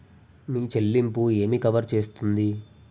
మీ చెల్లింపు ఏమి కవర్ చేస్తుంది?